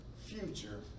future